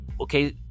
okay